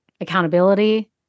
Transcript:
accountability